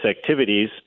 activities